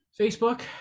Facebook